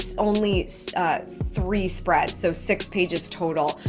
so only three spreads, so six pages total,